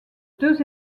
deux